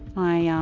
my, um,